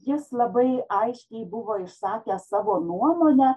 jis labai aiškiai buvo išsakęs savo nuomonę